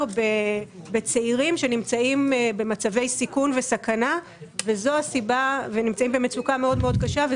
בצעירים שנמצאים במצבי סיכון וסכנה ובמצוקה מאוד מאוד קשה.